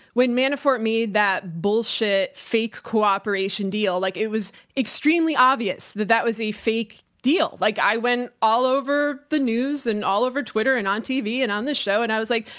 when manafort made that bullshit fake cooperation deal, like it was extremely obvious that that was a fake deal. like i went all over the news and all over twitter and on tv and on this show and i was like,